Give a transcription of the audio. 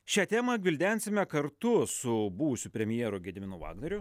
šią temą gvildensime kartu su buvusiu premjeru gediminu vagnoriu